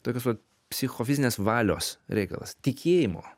tokios vat psichofizinės valios reikalas tikėjimo